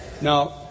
Now